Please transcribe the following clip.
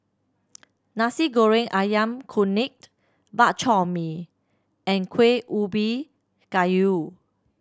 Nasi Goreng Ayam Kunyit Bak Chor Mee and Kueh Ubi Kayu